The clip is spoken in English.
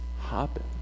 hopping